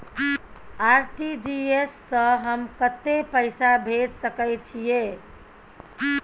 RTG S स हम कत्ते पैसा भेज सकै छीयै?